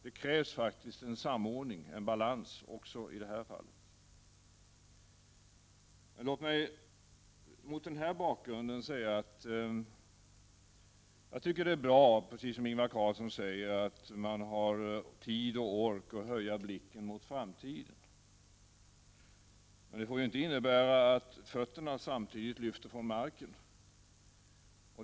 Det krävs faktiskt en samordning, en balans, också i det här fallet. Låt mig mot den här bakgrunden säga att jag tycker att det är bra, precis som Ingvar Carlsson anför, att man har tid och ork att höja blicken mot framtiden. Men det får ju inte innebära att fötterna samtidigt lyfter från marken.